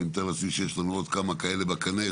אני מתאר לעצמי שיש לנו עוד כמה כאלה בקנה,